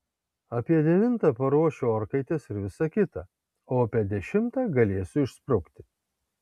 apie devintą paruošiu orkaites ir visa kita o apie dešimtą galėsiu išsprukti